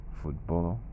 football